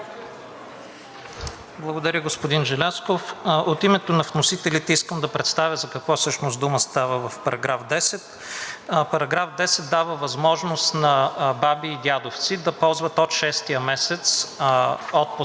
Благодаря, господин Желязков. От името на вносителите искам да представя за какво всъщност става дума в § 10. Параграф 10 дава възможност на баби и дядовци да ползват от шестия месец отпуск